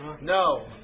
No